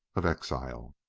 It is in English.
of exile.